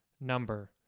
number